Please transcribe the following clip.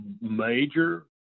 major